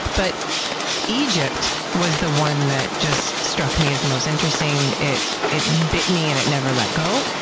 but egypt was the one that just struck me as the most interesting. it it bit me and it never let go.